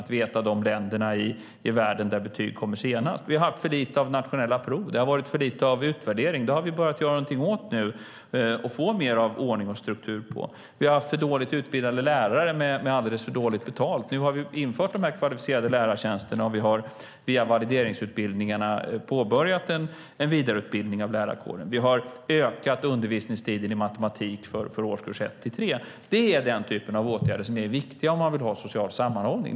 Vi är ett av de länder i världen där betygen kommer senast. Vi har haft för få nationella prov, och det har varit för lite utvärdering. Det har vi börjat göra någonting åt nu för att få mer ordning och struktur på detta. Vi har haft för dåligt utbildade lärare med alldeles för dåligt betalt. Nu har vi infört de här kvalificerade lärartjänsterna, och vi har påbörjat en vidareutbildning av lärarkåren via valideringsutbildningarna. Vi har ökat undervisningstiden i matematik för årskurs 1-3. Det är viktiga åtgärder om man vill ha social sammanhållning.